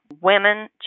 women